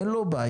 אין לו בית,